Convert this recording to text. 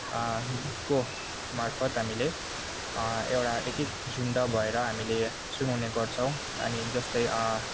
को मार्फत हामीले एउटा एक एक झुन्ड भएर हामीले सुनाउने गर्छौँ अनि जस्तै